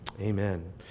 Amen